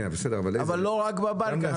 אבל לא רק בבנק.